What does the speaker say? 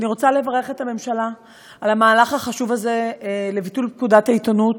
אני רוצה לברך את הממשלה על המהלך החשוב הזה לביטול פקודת העיתונות.